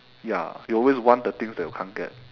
ya you always want the things that you can't get